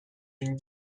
une